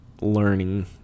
learning